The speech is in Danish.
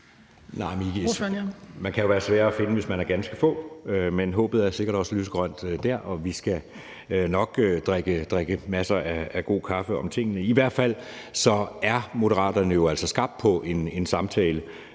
Søe (M): Man kan jo være sværere at finde, hvis man er ganske få, men håbet er sikkert også lysegrønt der, og vi skal nok drikke masser af god kaffe over tingene. I hvert fald er Moderaterne jo altså skabt på en samtale,